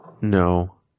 No